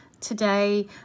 today